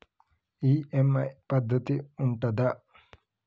EMI పద్ధతి ఉంటదా?